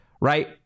right